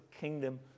kingdom